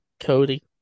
cody